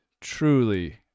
truly